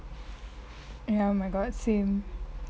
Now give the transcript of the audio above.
ya oh my god same